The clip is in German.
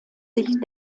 sich